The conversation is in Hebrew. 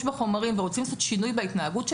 בחומרים ורוצים לעשות שינוי בהתנהגות שלהם,